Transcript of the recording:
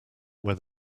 where